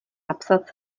napsat